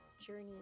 journey